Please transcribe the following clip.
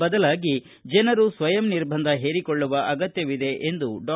ಬದಲಾಗಿ ಜನರು ಸ್ವಯಂ ನಿರ್ಬಂಧ ಹೇರಿಕೊಳ್ಳುವ ಅಗತ್ಯವಿದೆ ಎಂದು ಡಾ